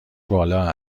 بالا